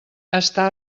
està